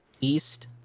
east